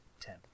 ten